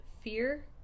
fear